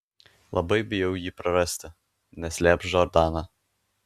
labai bijau jį prarasti neslėps džordana